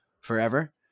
forever